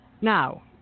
Now